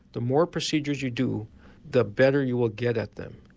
the more procedures you do the better you will get at them.